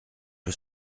que